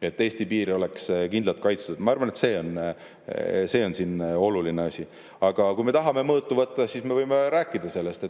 Eesti piir oleks kindlalt kaitstud. Ma arvan, et see on siin oluline asi. Aga kui me tahame mõõtu võtta, siis me võime rääkida sellest.